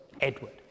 Edward